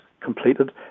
completed